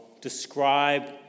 describe